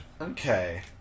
Okay